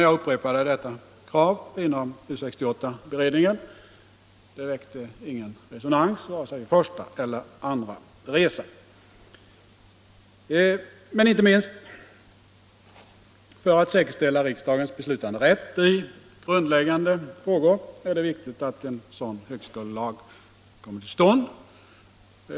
Jag upprepade detta krav inom U 68 beredningen. Det fick ingen resonans under vare sig första eller andra resan. Men inte minst för att säkerställa riksdagens beslutanderätt i grundläggande frågor är det viktigt att en sådan högskolelag kommer till stånd.